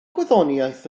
gwyddoniaeth